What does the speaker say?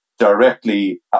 directly